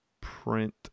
Print